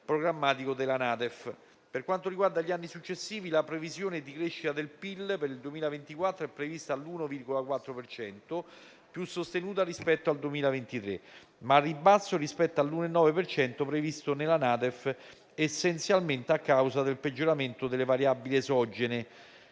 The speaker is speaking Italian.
programmatico della NADEF. Per quanto riguarda gli anni successivi, la previsione di crescita del PIL per il 2024 è prevista all'1,4 per cento, più sostenuta rispetto al 2023, ma al ribasso rispetto all'1,9 per cento previsto nella NADEF, essenzialmente a causa del peggioramento delle variabili esogene.